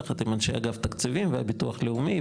יחד עם אנשי אגף תקציבים והביטוח הלאומי,